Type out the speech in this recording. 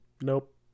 Nope